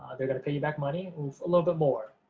they're gonna pay you back money with a little bit more.